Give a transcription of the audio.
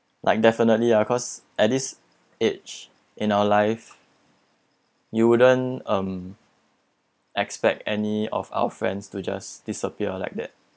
like definitely ah cause at this age in our life you wouldn't um expect any of our friends to just disappear like that